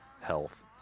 health